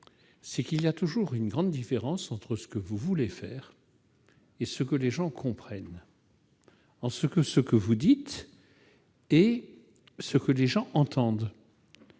: on observe toujours une grande différence entre ce que vous voulez faire et ce que les gens comprennent, entre ce que vous dites et ce que les gens entendent.